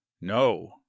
no